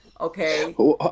Okay